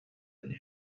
ини